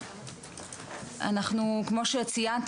אנחנו כמו שציינת,